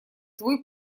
твой